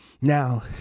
now